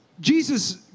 Jesus